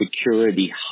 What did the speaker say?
security